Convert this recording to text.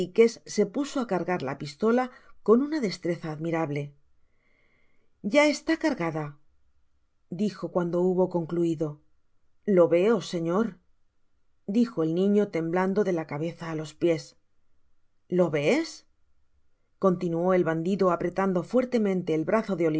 se puso á cargar la pistola con una destreza admirable ya está cargada dijo cuando hubo concluido lo veo señor dijo el niño temblando de la cabeza á los piés lo ves continuó el bandido apretando fuertemente el brazo